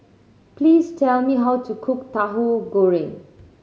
please tell me how to cook Tahu Goreng